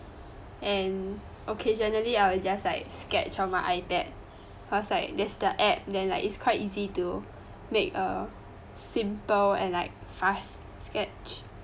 and okay generally I will just like sketch on my iPad cause like there's the app then like it's quite easy to make a simple and like fast sketch